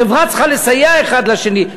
בחברה צריך לסייע האחד לשני,